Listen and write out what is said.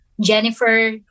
Jennifer